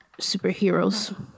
superheroes